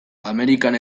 amerikan